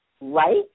right